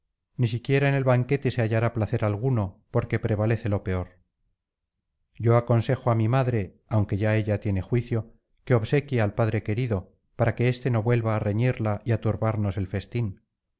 ni siquiera en el banquete se hallará placer alguno porque prevalece lo peor yo aconsejo á mi madre aunque ya ella tiene juicio que obsequie al padre querido para que éste no vuelva á reñirla y á turbarnos el festín